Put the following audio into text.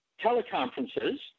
teleconferences